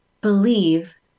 believe